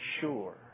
sure